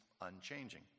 unchanging